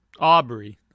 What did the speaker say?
Aubrey